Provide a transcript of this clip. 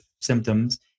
symptoms